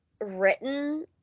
written